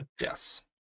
Yes